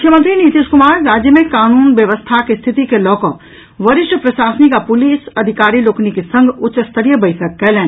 मुख्यमंत्री नीतीश कुमार राज्य मे कानून व्यवस्थाक स्थिति के लऽ कऽ वरिष्ठ प्रशासनिक आ पुलिस अधिकारी लोकनिक संग उच्च स्तरीय बैसक कहलनि